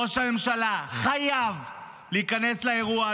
ראש הממשלה חייב להיכנס לאירוע,